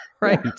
Right